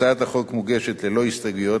הצעת החוק מוגשת ללא הסתייגויות,